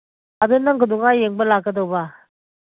ꯑꯗꯨ ꯅꯪ ꯀꯩꯗꯧꯉꯩ ꯌꯦꯡꯕ ꯂꯥꯛꯀꯗꯕ